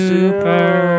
Super